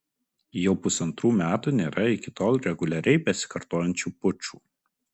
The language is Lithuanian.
jau pusantrų metų nėra iki tol reguliariai besikartojančių pučų